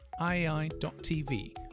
iai.tv